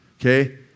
Okay